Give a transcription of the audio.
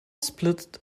split